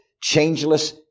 changeless